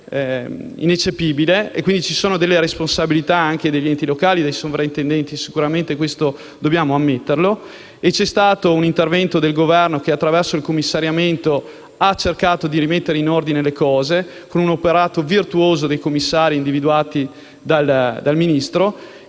C'è stato un intervento del Governo che, attraverso il commissariamento, ha cercato di mettere in ordine le cose, con un operato virtuoso dei commissari individuati dal Ministro.